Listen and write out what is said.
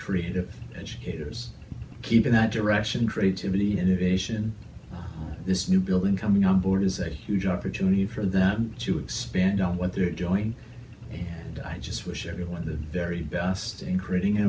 creative educators keep in that direction creativity innovation this new building coming on board is a huge opportunity for them to expand on what they're joined and i just wish everyone the very best in creating an